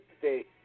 today